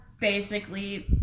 basically-